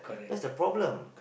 that's the problem